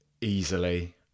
easily